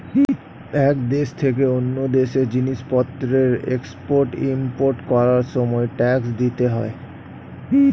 এক দেশ থেকে অন্য দেশে জিনিসপত্রের এক্সপোর্ট ইমপোর্ট করার সময় ট্যাক্স দিতে হয়